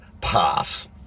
pass